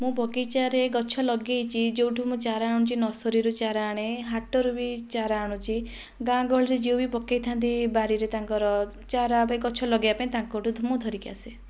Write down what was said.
ମୁଁ ବଗିଚାରେ ଗଛ ଲଗେଇଛି ଯେଉଁଠୁ ମୁଁ ଚାରା ଆଣୁଛି ନର୍ସରିରୁ ଚାରା ଆଣେ ହାଟରୁ ବି ଚାରା ଆଣୁଛି ଗାଁ ଗହଳିରେ ଯିଏ ବି ପକେଇଥାନ୍ତି ବାଡ଼ିରେ ତାଙ୍କର ଚାରା ପାଇଁ ଗଛ ଲଗେଇବା ପାଇଁ ତାଙ୍କ ଠାରୁ ମୁଁ ଧରିକି ଆସେ